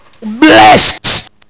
Blessed